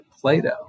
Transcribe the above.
Plato